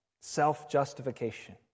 Self-justification